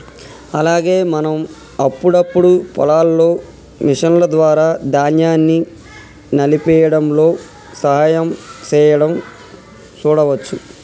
అలాగే మనం అప్పుడప్పుడు పొలాల్లో మిషన్ల ద్వారా ధాన్యాన్ని నలిపేయ్యడంలో సహాయం సేయడం సూడవచ్చు